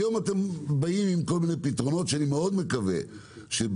היום אתם באים עם כל מיני פתרונות שאני מאוד מקווה שהפתרונות אמיתיים.